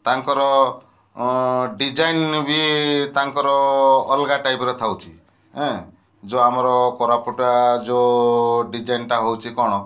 ତାଙ୍କର ଡିଜାଇନ୍ ବି ତାଙ୍କର ଅଲଗା ଟାଇପର ଥାଉଚି ଏଁ ଯୋଉ ଆମର କୋରାପୁଟୁଆ ଯୋଉ ଡିଜାଇନଟା ହଉଚି କ'ଣ